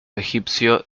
egipcio